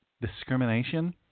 discrimination